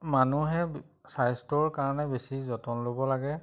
মানুহে স্বাস্থ্যৰ কাৰণে বেছি যতন ল'ব লাগে